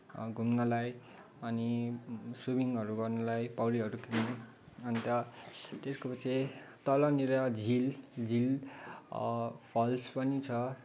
घुम्नलाई अनि स्विमिङहरू गर्नलाई पौडीहरू खेल्न अन्त त्यसको पिच्छे तलनिर झिल झिल फल्स पनि छ